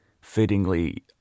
fittingly